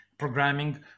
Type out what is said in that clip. programming